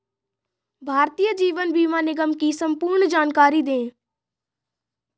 भारतीय जीवन बीमा निगम की संपूर्ण जानकारी दें?